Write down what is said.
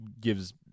gives